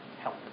Help